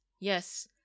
yes